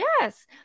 yes